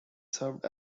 served